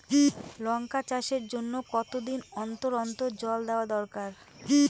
লঙ্কা চাষের জন্যে কতদিন অন্তর অন্তর জল দেওয়া দরকার?